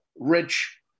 rich